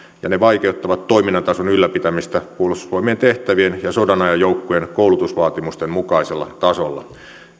ja ne vaikeuttavat toiminnan tason ylläpitämistä puolustusvoimien tehtävien ja sodanajan joukkojen koulutusvaatimusten mukaisella tasolla